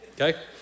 Okay